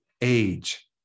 age